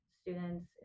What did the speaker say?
students